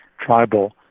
tribal